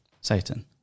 Satan